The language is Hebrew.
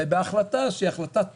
ובהחלטה, שהיא החלטה טכנית,